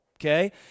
okay